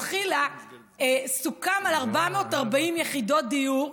שלכתחילה סוכם על 440 יחידות דיור,